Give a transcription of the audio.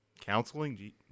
Counseling